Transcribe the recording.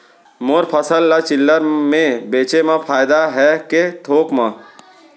मोर फसल ल चिल्हर में बेचे म फायदा है के थोक म?